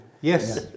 yes